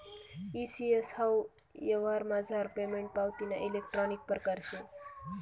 E CS हाऊ यवहारमझार payment पावतीना इलेक्ट्रानिक परकार शे